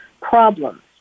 problems